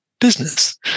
business